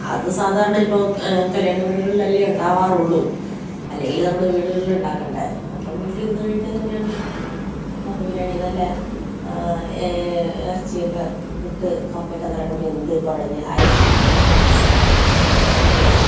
അത് സാധാരണ ഇപ്പോൾ കല്ല്യാണ വിടുകളില്ലല്ലേ ഉണ്ടാവാറുള്ളൂ അല്ലെങ്കിൽ നമ്മുടെ വിടുകളിലുണ്ടാക്കേണ്ടേ അപ്പം വിട്ടിലിരുന്ന് കഴിക്കാൻ തന്നെയാണ് ഇഷ്ടം കപ്പ ബിരിയാണി നല്ല ഇറച്ചിയൊക്കെ ഇട്ട് കപ്പയൊക്കെ നല്ലോണ്ണം വെന്ത് കുഴഞ്ഞ് നല്ല രസം കൊതിയാവുന്നു